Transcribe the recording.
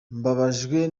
mbabajwe